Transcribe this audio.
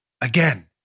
Again